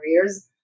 careers